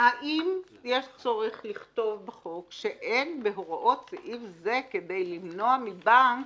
האם יש צורך לכתוב בחוק שאין בהוראות סעיף זה כדי למנוע מבנק